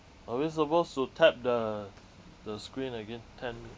are we supposed to tap the the screen again ten